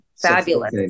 Fabulous